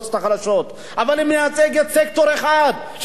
אבל היא מייצגת סקטור אחד שנקרא חרדים.